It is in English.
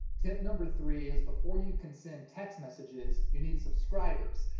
tip number three is before you can send text messages, you need subscribers.